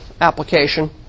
application